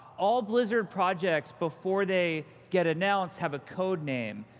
all blizzard projects, before they get announced, have a code name.